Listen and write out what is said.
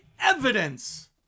evidence